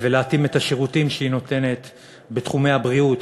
ולהתאים את השירותים שהיא נותנת בתחומי הבריאות,